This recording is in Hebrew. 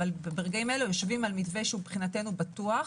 אבל ברגעים אלה יושבים על מתווה שהוא מבחינתנו בטוח,